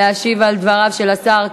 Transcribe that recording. להשיב על דבריו של השר,